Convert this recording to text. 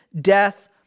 death